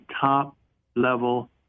top-level